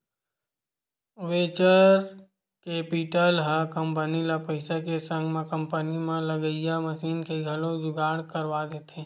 venture capital ह company ल पइसा के संग म कंपनी म लगइया मसीन के घलो जुगाड़ करवा देथे